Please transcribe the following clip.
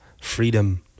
freedom